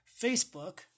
Facebook